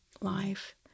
life